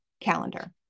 calendar